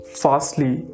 fastly